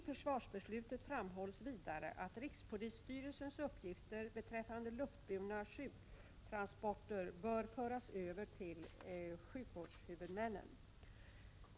I försvarsbeslutet framhålls vidare att rikspolisstyrelsens uppgifter beträffande luftburna sjuktransporter bör föras över till sjukvårdshuvudmännen.